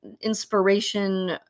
inspiration